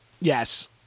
Yes